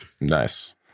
Nice